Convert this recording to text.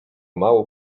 mało